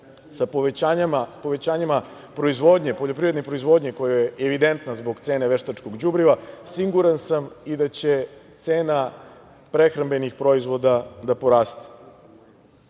sa povećanjima poljoprivredne proizvodnje, koja je evidentna zbog cene veštačkog đubriva, siguran sam i da će cena prehrambenih proizvoda da poraste. Značajna